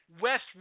West